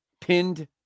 pinned